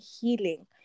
healing